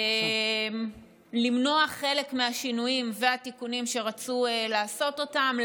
הצלחנו למנוע חלק מהשינויים והתיקונים שרצו לעשות אותם,